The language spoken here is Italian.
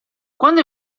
quando